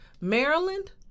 Maryland